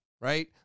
right